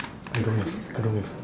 I don't have I don't know